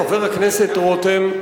חבר הכנסת רותם,